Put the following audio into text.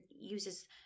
uses